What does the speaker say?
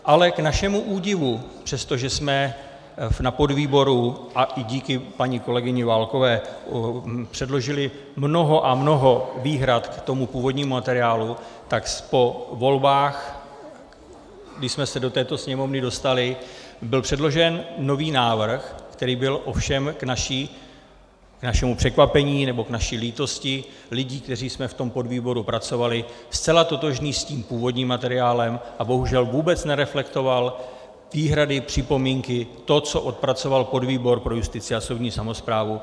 Ale k našemu údivu, přestože jsme na podvýboru a i díky paní kolegyni Válkové předložili mnoho a mnoho výhrad k tomu původnímu materiálu, tak po volbách, když jsme se do této Sněmovny dostali, byl předložen nový návrh, který byl ovšem k našemu překvapení, nebo k naší lítosti, lidí, kteří jsme v tom podvýboru pracovali, zcela totožný s tím původním materiálem a bohužel vůbec nereflektoval výhrady, připomínky, to, co odpracoval podvýbor pro justici a soudní samosprávu.